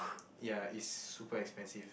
ya it's super expensive